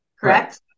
correct